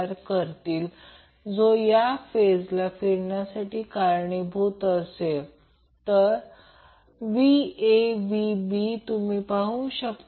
हे current I आहे कारण हे तेथे नाही कारण आपण पुन्हा ओपन करत आहोत तर हा करंट I आहे